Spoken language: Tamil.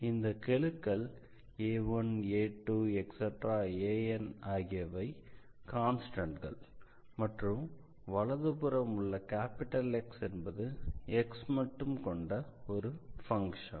இந்த கெழுக்கள் a1a2an ஆகியவை கான்ஸ்டண்ட்கள் மற்றும் வலதுபுறம் உள்ள X என்பது x மட்டும் கொண்ட ஒரு ஃபங்ஷன்